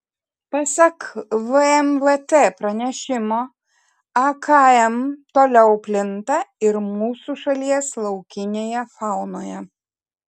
pasak vmvt pranešimo akm toliau plinta ir mūsų šalies laukinėje faunoje